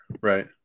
Right